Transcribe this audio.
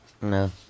No